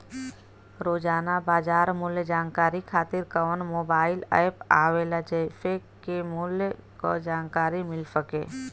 रोजाना बाजार मूल्य जानकारी खातीर कवन मोबाइल ऐप आवेला जेसे के मूल्य क जानकारी मिल सके?